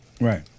Right